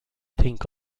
think